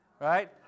right